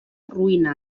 roïna